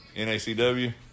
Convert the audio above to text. NACW